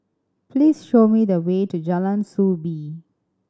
please show me the way to Jalan Soo Bee